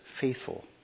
faithful